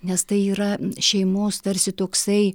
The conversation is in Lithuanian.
nes tai yra šeimos tarsi toksai